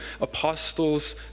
apostles